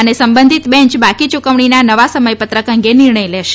અને સંબંધિત બેંચ બાકી યુકવણીના નવા સમયપત્રક અંગે નિર્ણય લેશે